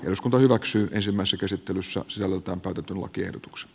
eduskunta hyväksyy ensimmäiset asettelussa selonteon päätetyn lakiehdotuksen